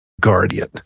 guardian